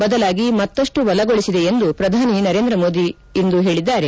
ಬದಲಾಗಿ ಮತ್ತಷ್ಟು ಬಲಗೊಳಿಸಿದೆ ಎಂದು ಪ್ರಧಾನಿ ನರೇಂದ್ರ ಮೋದಿ ಅವರಿಂದು ಹೇಳಿದ್ದಾರೆ